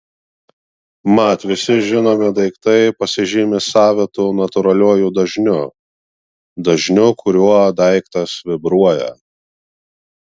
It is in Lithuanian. mat visi žinomi daiktai pasižymi savitu natūraliuoju dažniu dažniu kuriuo daiktas vibruoja